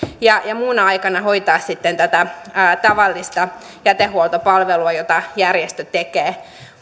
ja ja muuna aikana hoitaa sitten tätä tavallista jätehuoltopalvelua jota järjestö tekee